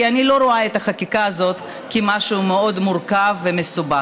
כי אני לא רואה את החקיקה הזאת כמשהו מאוד מורכב ומסובך.